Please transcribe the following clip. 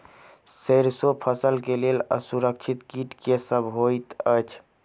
सैरसो फसल केँ लेल असुरक्षित कीट केँ सब होइत अछि?